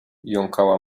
jąkała